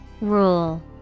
Rule